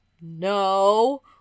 no